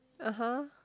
(uh huh)